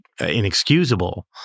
inexcusable